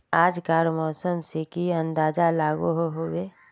आज कार मौसम से की अंदाज लागोहो होबे?